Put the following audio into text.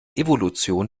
evolution